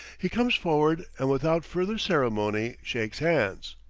he comes forward and without further ceremony shakes hands.